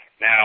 Now